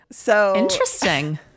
Interesting